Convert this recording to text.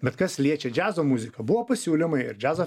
bet kas liečia džiazo muziką buvo pasiūlymai ir džiazo